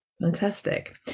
fantastic